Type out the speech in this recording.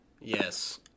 Yes